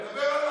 שם יאהבו את זה.